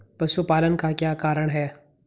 पशुपालन का क्या कारण है?